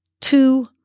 two